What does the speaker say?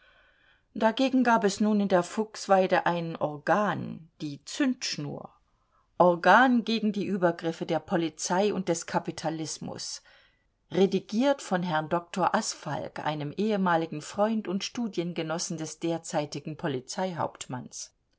dagegen gab es nun in der fuchsweide ein organ die zündschnur organ gegen die übergriffe der polizei und des kapitalismus redigiert von herrn dr asfalg einem ehemaligen freund und studiengenossen des derzeitigen